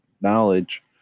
knowledge